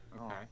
Okay